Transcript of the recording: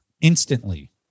instantly